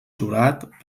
jurat